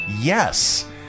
Yes